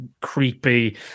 creepy